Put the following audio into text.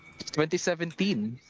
2017